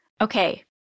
okay